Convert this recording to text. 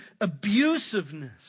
abusiveness